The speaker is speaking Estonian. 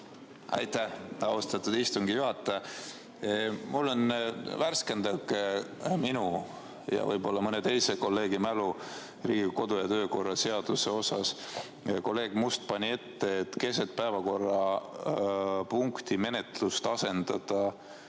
Aitäh, austatud istungi juhataja! Värskendage minu ja võib-olla mõne teise kolleegi mälu Riigikogu kodu- ja töökorra seaduse osas. Kolleeg Must pani ette keset päevakorrapunkti menetlust asendada